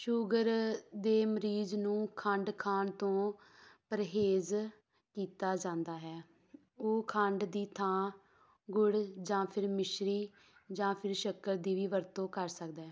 sugar ਦੇ ਮਰੀਜ਼ ਨੂੰ ਖੰਡ ਖਾਣ ਤੋਂ ਪ੍ਰਹੇਜ਼ ਕੀਤਾ ਜਾਂਦਾ ਹੈ ਉਹ ਖੰਡ ਦੀ ਥਾਂ ਗੁੜ ਜਾਂ ਫਿਰ ਮਿਸ਼ਰੀ ਜਾਂ ਫਿਰ ਸ਼ੱਕਰ ਦੀ ਵੀ ਵਰਤੋਂ ਕਰ ਸਕਦਾ ਹੈ